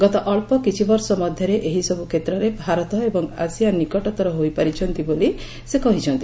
ଗତ ଅକ୍ଷ କିଛିବର୍ଷ ମଧ୍ୟରେ ଏହିସବୁ କ୍ଷେତ୍ରରେ ଭାରତ ଏବଂ ଆସିଆନ୍ ନିକଟତର ହୋଇପାରିଛନ୍ତି ବୋଲି ସେ କହିଛନ୍ତି